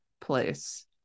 place